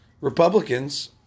Republicans